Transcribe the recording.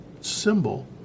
symbol